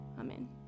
Amen